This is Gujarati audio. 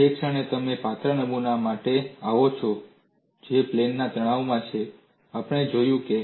જે ક્ષણે તમે પાતળા નમૂના માટે આવો છો જે પ્લેનના તણાવમાં છે આપણે જોયું કે